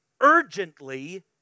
urgently